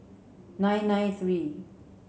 nine nine three